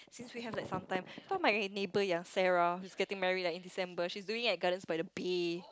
since we have that some time so my neighbour ya Sarah she's getting married like in December she's doing it at Gardens-by-the-Bay